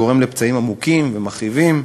גורם לפצעים עמוקים ומכאיבים,